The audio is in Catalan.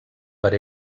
per